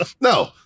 No